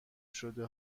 شده